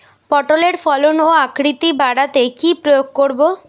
পটলের ফলন ও আকৃতি বাড়াতে কি প্রয়োগ করব?